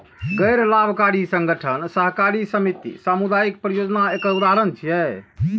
गैर लाभकारी संगठन, सहकारी समिति, सामुदायिक परियोजना एकर उदाहरण छियै